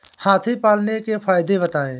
हाथी पालने के फायदे बताए?